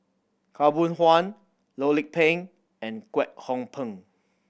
Khaw Boon Wan Loh Lik Peng and Kwek Hong Png